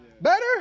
Better